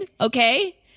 Okay